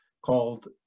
called